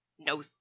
No